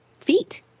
feet